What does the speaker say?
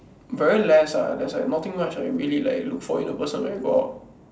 very less ah there's like nothing much I really like look for in a person where got